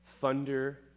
thunder